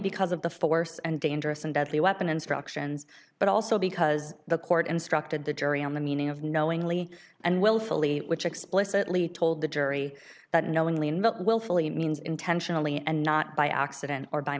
because of the force and dangerous and deadly weapon instructions but also because the court instructed the jury on the meaning of knowingly and willfully which explicitly told the jury that knowingly and willfully means intentionally and not by accident or by